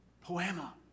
poema